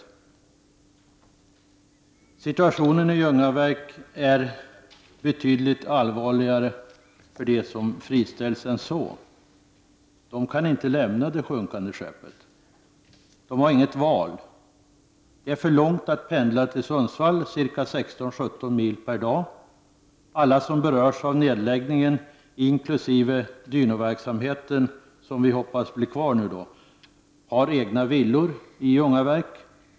Men situationen för dem som friställs i Ljungaverk är betydligt allvarligare än så. De kan inte lämna det sjunkande skeppet. De har inget val. Det är för långt att pendla till Sundsvall, ca 16—17 mil per dag. Alla som berörs av nedläggningen, inkl. de som berör dynoverksamheten som vi nu hoppas blir kvar, har egna villor i Ljungaverk.